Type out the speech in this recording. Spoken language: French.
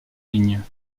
ligne